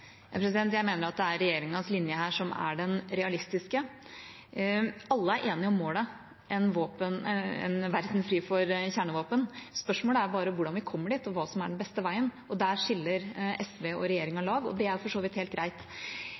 Jeg mener at det er regjeringas linje her som er den realistiske. Alle er enige om målet, en verden fri for kjernevåpen. Spørsmålet er bare hvordan vi kommer dit, og hva som er den beste veien. Der skiller SV og regjeringa lag, og det er for så vidt helt greit.